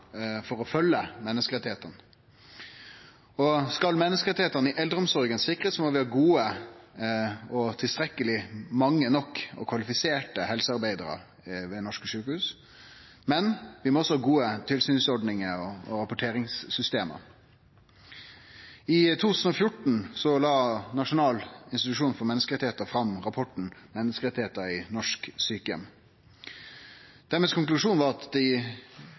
for å følgje menneskerettane. Skal menneskerettane i eldreomsorga sikrast, må vi ha gode, tilstrekkeleg mange og kvalifiserte helsearbeidarar ved norske sjukehus, men vi må òg ha gode tilsynsordningar og rapporteringssystem. I 2014 la Nasjonal institusjon for menneskerettigheter fram rapporten «Menneskerettigheter i norske sykehjem». Deira konklusjon var at